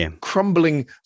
crumbling